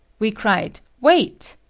we cried, wait!